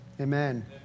amen